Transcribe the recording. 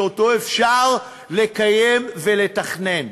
שאותו אפשר לקיים ולתכנן?